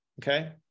Okay